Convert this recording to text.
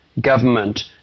government